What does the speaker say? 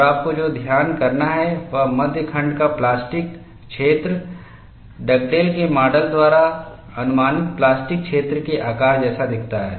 और आपको जो ध्यान करना है वह मध्य खंड का प्लास्टिक क्षेत्र डगडेल के माडल द्वारा अनुमानित प्लास्टिक क्षेत्र के आकार जैसा दिखता है